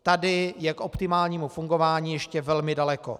Tady je k optimálnímu fungování ještě velmi daleko.